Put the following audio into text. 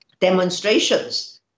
demonstrations